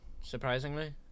surprisingly